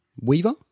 weaver